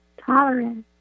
Tolerance